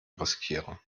riskieren